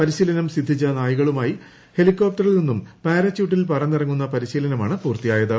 പരിശീലനം സിദ്ധിച്ച നായകളുമായി ഹെലികോപ്റ്ററിൽ നിന്നും പാരച്ച്യൂട്ടിൽ പറന്നിറങ്ങുന്ന പരിശീലനമാണ് പൂർത്തിയായത്